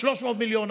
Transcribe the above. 300 מיליון,